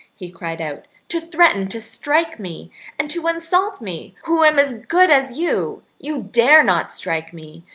he cried out, to threaten to strike me and to insult me, who am as good as you? you dare not strike me!